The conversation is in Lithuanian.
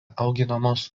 auginamos